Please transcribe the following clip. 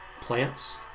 plants